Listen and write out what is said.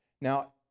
now